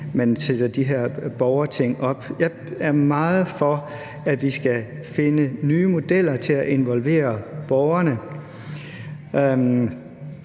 man sætter det her borgerting op. Jeg er meget for, at vi skal finde nye modeller til at involvere borgerne.